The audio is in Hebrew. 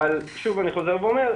אבל שוב אני חוזר ואומר,